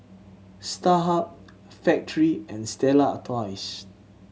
Starhub Factorie and Stella Artois